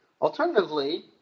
Alternatively